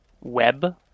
Web